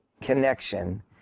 connection